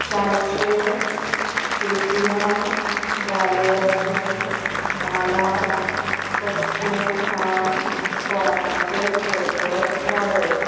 चारशें रुपया वालोराचें मालाच कच्चे आम फळांचे सरबत वाडय